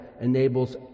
enables